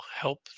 help